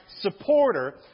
supporter